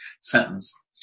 sentence